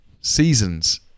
seasons